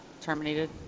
terminated